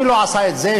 מי לא עשה את זה?